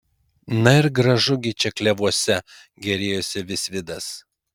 na ir gražu gi čia klevuose gėrėjosi visvydas